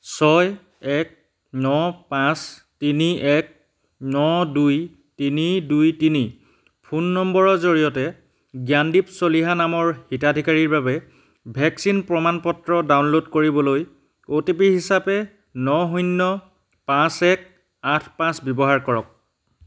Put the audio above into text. ছয় এক ন পাঁচ তিনি এক ন দুই তিনি দুই তিনি ফোন নম্বৰৰ জৰিয়তে জ্ঞানদীপ চলিহা নামৰ হিতাধিকাৰীৰ বাবে ভেকচিন প্ৰমাণ পত্ৰ ডাউনলোড কৰিবলৈ অ' টি পি হিচাপে ন শূন্য পাঁচ এক আঠ পাঁচ ব্যৱহাৰ কৰক